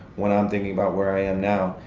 when i'm thinking about where i am now.